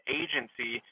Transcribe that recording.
agency